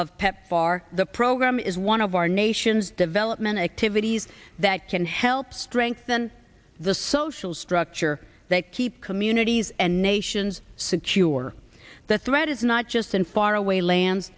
of pepfar the program is one of our nation's development activities that can help strengthen the social structure that keep communities and nations secure the threat is not just in faraway lands